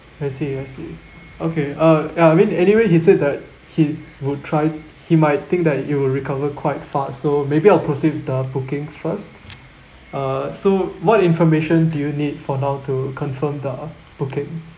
I see I see okay uh uh mean anyway he said that his would try he might think that it will recover quite fast so maybe I'll proceed with the booking first uh so what information do you need for now to confirm the booking